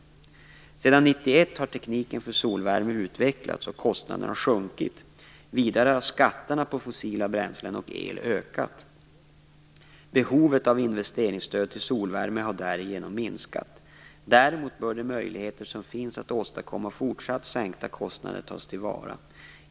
Sedan år 1991 har tekniken för solvärme utvecklats och kostnaderna sjunkit. Vidare har skatterna på fossila bränslen och el ökat. Behovet av investeringsstöd till solvärme har därigenom minskat. Däremot bör de möjligheter som finns att åstadkomma fortsatt sänkta kostnader tas till vara.